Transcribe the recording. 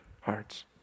hearts